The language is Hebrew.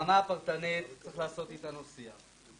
אז ברמה הפרטנית צריך לעשות איתנו שיח.